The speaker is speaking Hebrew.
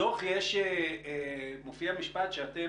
בדוח אתם